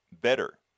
better